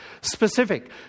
specific